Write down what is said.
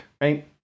right